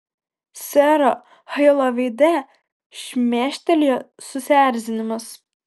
sero hailo veide šmėstelėjo susierzinimas